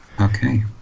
Okay